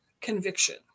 conviction